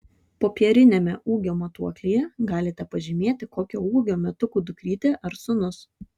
popieriniame ūgio matuoklyje galite pažymėti kokio ūgio metukų dukrytė ar sūnus